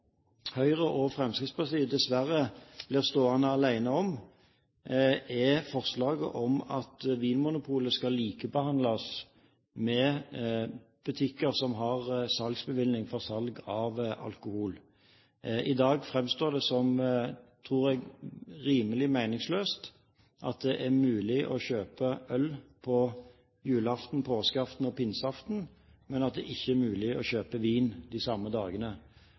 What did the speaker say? Høyre og Fremskrittspartiet dessverre blir stående alene om, er forslaget om at Vinmonopolet skal likebehandles med butikker som har salgsbevilling for salg av alkohol. I dag tror jeg det framstår som rimelig meningsløst at det er mulig å kjøpe øl på julaften, påskeaften og pinseaften, men at det ikke er mulig å kjøpe vin de samme dagene.